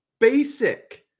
basic